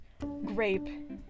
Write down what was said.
Grape